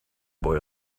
boy